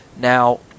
Now